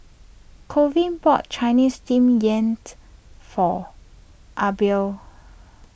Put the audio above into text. Colvin bought Chinese Steamed Yam for Adelbert